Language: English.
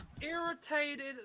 irritated